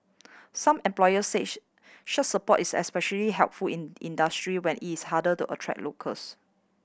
some employers said such support is especially helpful in industry where it is harder to attract locals